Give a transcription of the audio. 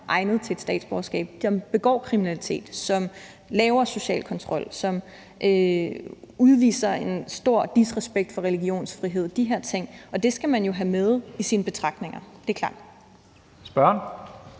egnet til et statsborgerskab, som begår kriminalitet, som laver social kontrol, som udviser en stor disrespekt for religionsfrihed, de her ting, og det skal man jo have med i sine betragtninger; det er klart.